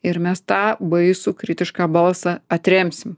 ir mes tą baisų kritišką balsą atremsim